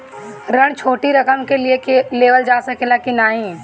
ऋण छोटी रकम के लिए लेवल जा सकेला की नाहीं?